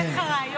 נותנת לך רעיון,